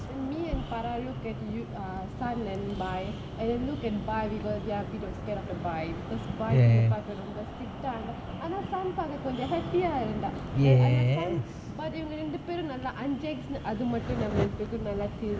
then me and paara look at you uh sun and boy and then look at boy we got scared of the boy because boy போய் பாக்கற கொஞ்ச:poi paakkara konja strict ஆனா:aanaa sun பாக்க கொஞ்ச:paakka konja happy ah இருந்தான்:irunthaan but இவங்க ரெண்டு பேரும் நல்லா:ivanga rendu perum nallaa anjex அதுமட்டும் நம்லுக்கு நல்லா:athumattum namlukku nallaa the